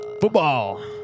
Football